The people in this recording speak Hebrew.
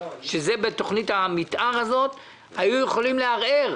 ובתוכנית המתאר הזאת היו יכולים לערער.